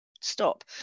stop